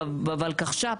בוולקחש"פ,